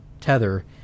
tether